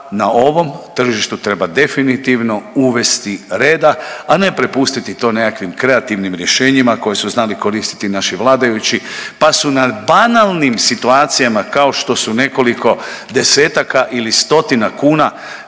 na ovom tržištu treba definitivno uvesti reda, a ne prepustiti to nekakvim kreativnim rješenjima koje su znali koristiti naši vladajući pa su na banalnim situacijama kao što su nekoliko desetaka ili stotina kuna